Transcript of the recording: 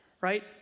right